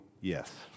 Yes